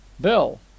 Bill